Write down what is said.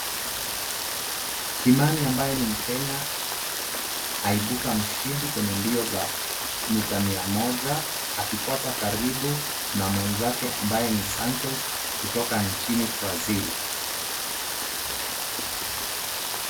Kimani ambaye ni mkenya aibuka mshindi kwenye mbio za mita mia moja akifuatwa karibu na mwenzake ambaye ni Santos kutoka nchini Brazil.